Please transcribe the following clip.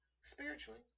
spiritually